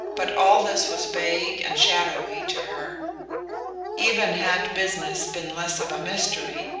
but all this was vague and shadowy to her even had business been less of a mystery,